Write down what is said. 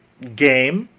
game